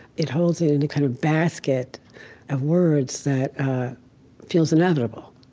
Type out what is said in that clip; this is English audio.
it holds it in a kind of basket of words that feels inevitable.